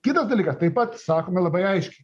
kitas dalykas taip pat sakome labai aiškiai